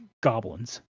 goblins